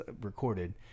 recorded